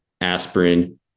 aspirin